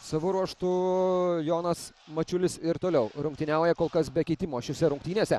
savo ruožtu jonas mačiulis ir toliau rungtyniauja kol kas be keitimo šiose rungtynėse